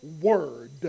word